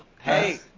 hey